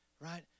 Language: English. right